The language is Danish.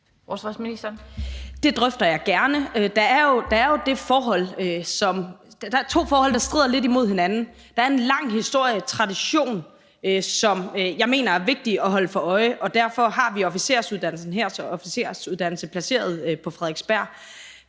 Det drøfter jeg gerne. Der er jo to forhold, der strider lidt imod hinanden. Der er en lang historie, en tradition, som jeg mener er vigtig at holde sig for øje, og derfor har vi hærens officersuddannelse placeret på Frederiksberg.